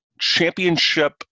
championship